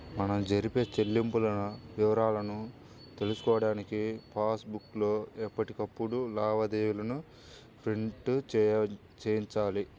మనం జరిపే చెల్లింపుల వివరాలను తెలుసుకోడానికి పాస్ బుక్ లో ఎప్పటికప్పుడు లావాదేవీలను ప్రింట్ చేయించాలి